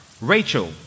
Rachel